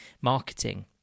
marketing